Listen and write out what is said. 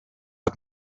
het